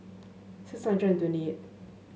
six hundred and twenty eight